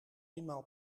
eenmaal